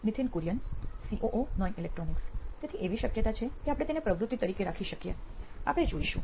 Nithin Kurian COO નોઇન electronics તેથી એવી શક્યતા છે કે આપણે તેને પ્રવૃત્તિ તરીકે રાખી શકીએ આપણે જોઈશું